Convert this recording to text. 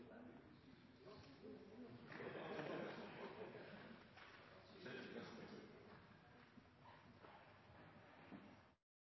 ei